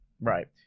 right